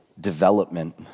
development